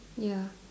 ya